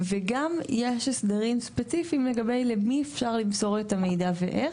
וגם יש הסדרים ספציפיים לגבי למי אפשר למסור את המידע ואיך.